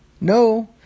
no